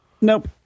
Nope